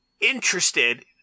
interested